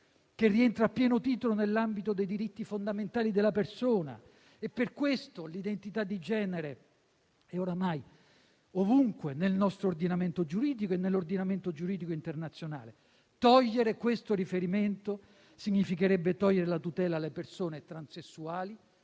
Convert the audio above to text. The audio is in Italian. che rientra a pieno titolo nell'ambito dei diritti fondamentali della persona. Per questo l'identità di genere è oramai ovunque nel nostro ordinamento giuridico e in quello internazionale. Togliere questo riferimento significherebbe eliminare la tutela alle persone omosessuali